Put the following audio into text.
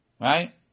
right